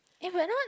eh but now